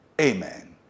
amen